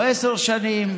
או עשר שנים,